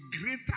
greater